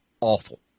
awful